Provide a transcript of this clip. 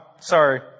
Sorry